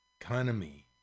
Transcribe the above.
economy